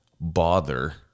bother